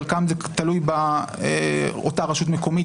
ולחלקם זה תלוי ביוזמה של אותה רשות מקומית.